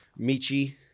Michi